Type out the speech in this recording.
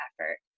effort